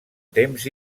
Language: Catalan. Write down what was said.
temps